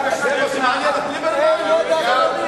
בבקשה.